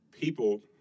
people